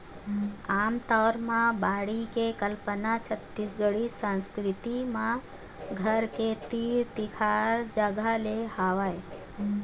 आमतौर म बाड़ी के कल्पना छत्तीसगढ़ी संस्कृति म घर के तीर तिखार जगा ले हवय